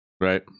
right